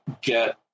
get